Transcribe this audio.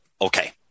okay